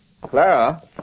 Clara